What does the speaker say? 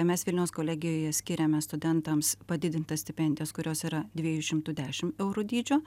mes vilniaus kolegijoje skiriame studentams padidintas stipendijas kurios yra dviejų šimtų dešimt eurų dydžio